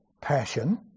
passion